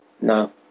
no